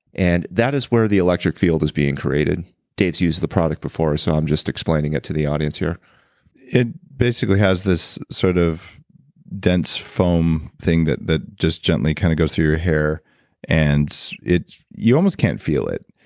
and that is where the electric field is being created dave's used the product before, so i'm just explaining it to the audience here it basically has this sort of dense foam thing that that just gently kind of goes through your hair and it. you almost can't feel it.